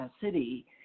city